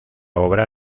obra